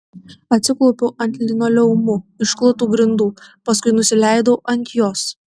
atsiklaupiau ant linoleumu išklotų grindų paskui nusileidau ant jos